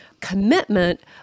commitment